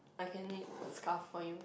I can knit a scarf for you